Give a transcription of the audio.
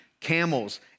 camels